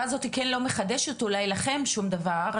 הזאת כאילו לא מחדשת אולי לכם שום דבר,